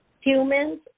Humans